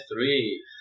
three